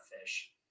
fish